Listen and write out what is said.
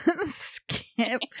skip